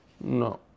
No